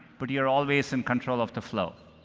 but you're always in control of the flow.